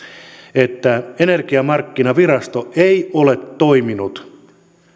että energiamarkkinavirasto ei ole toiminut